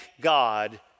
God